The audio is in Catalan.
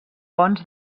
ponts